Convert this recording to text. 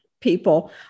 people